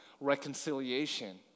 reconciliation